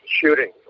shooting